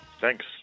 Thanks